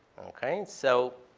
okay? so